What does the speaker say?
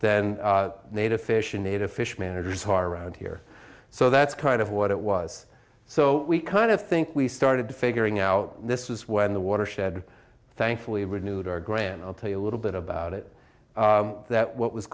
than native fish and native fish managers are around here so that's kind of what it was so we kind of think we started figuring out this was when the watershed thankfully renewed our grand i'll tell you a little bit about it that what was